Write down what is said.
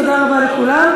תודה רבה לכולם.